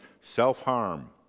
Self-harm